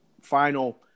final